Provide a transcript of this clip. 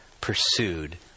pursued